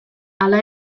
hala